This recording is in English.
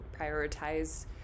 prioritize